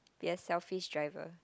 be a selfish driver